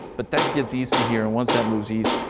but that gives these to hear and once that moves east.